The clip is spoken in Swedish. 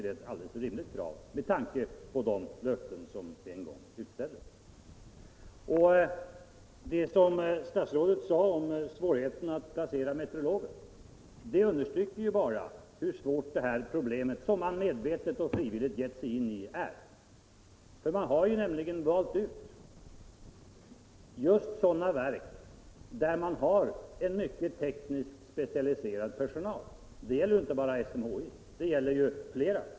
Det är helt rimligt med tanke på de löften som gavs. Det statsrådet sade om svårigheterna att placera meteorologer understryker bara vilket svårt problem man medvetet och frivilligt har gett sig in i. Man har nämligen valt ut just sådana verk som har tekniskt mycket specialiserad personal. Det gäller inte bara SMHI. Det gäller flera.